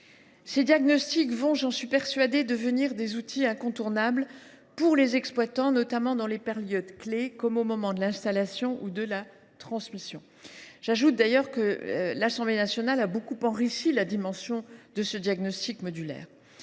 Ce diagnostic va, j’en suis persuadée, devenir un outil incontournable pour les exploitants, notamment dans les périodes clés, au moment de l’installation ou de la transmission. J’ajoute que l’Assemblée nationale a beaucoup enrichi le diagnostic modulaire.